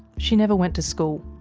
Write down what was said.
she never went to school.